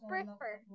Prefer